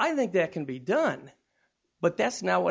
i think that can be done but that's not what